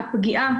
קטנים.